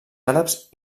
àrabs